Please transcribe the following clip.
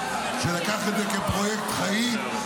שלקח את זה כפרויקט חיים.